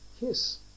yes